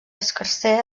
escarser